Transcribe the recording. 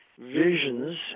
visions